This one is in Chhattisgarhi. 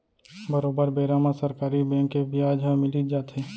बरोबर बेरा म सरकारी बेंक के बियाज ह मिलीच जाथे